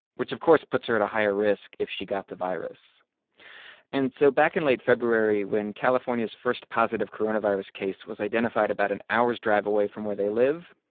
which, of course, puts her at a higher risk if she got the virus and so back in late february, when california's first positive coronavirus case was identified about an hour's drive away from where they live,